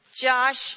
Josh